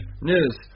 News